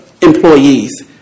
employees